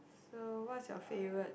so what's your favourite